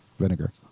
vinegar